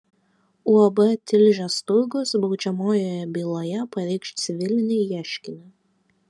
uab tilžės turgus baudžiamojoje byloje pareikš civilinį ieškinį